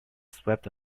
swept